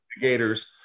gators